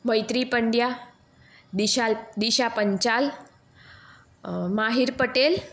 Maitri Pandya Disha Panchal Mahir Patel